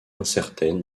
incertaine